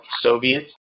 Soviets